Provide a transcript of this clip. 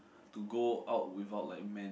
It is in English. to go out without like man